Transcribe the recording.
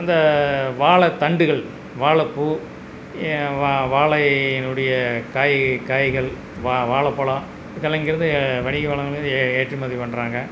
இந்த வாழை தண்டுகள் வாழை பூ வாழையினுடைய காய் காய்கள் வாழப்பழம் இதெல்லாம் இங்கேருந்து வணிக வளங்கிறது ஏற்றுமதி பண்ணுறாங்க